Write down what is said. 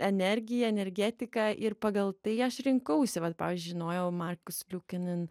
energiją energetiką ir pagal tai aš rinkausi vat pažiui žinojau markus liukinin